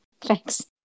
Thanks